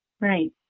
Right